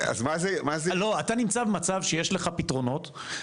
אתה נמצא במצב שיש לך פתרונות,